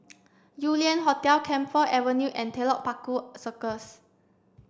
Yew Lian Hotel Camphor Avenue and Telok Paku Circus